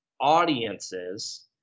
audiences